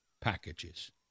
packages